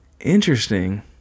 Interesting